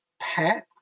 pat